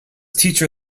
teacher